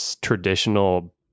traditional